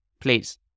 Please